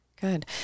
Good